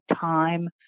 time